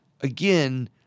Again